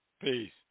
Peace